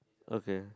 okay